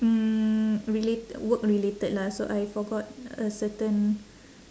hmm relat~ work-related lah so I forgot a certain